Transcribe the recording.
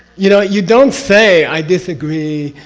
you know? you don't say i disagree.